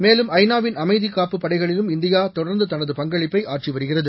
மேலும் ஐநாவின் அமைதி காப்பு படைகளிலும் இந்தியா தொடர்ந்து தனது பங்களிப்பை ஆற்றி வருகிறது